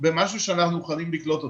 במשהו שאנחנו מוכנים לקלוט אותו.